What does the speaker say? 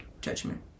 judgment